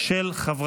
אושרה